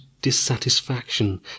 dissatisfaction